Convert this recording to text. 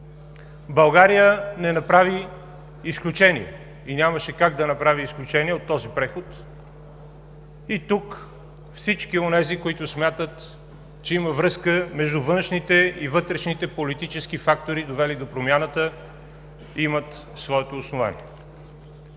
България не направи изключение и нямаше как да направи изключение от този преход. И тук всички онези, които смятат, че има връзка между външните и вътрешните политически фактори, довели до промяната, имат своето основание.